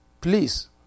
Please